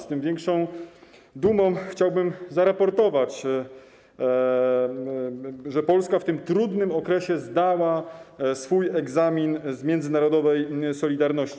Z tym większą dumą chciałbym zaraportować, że Polska w tym trudnym okresie zdała swój egzamin z międzynarodowej solidarności.